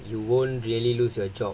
you won't really lose your job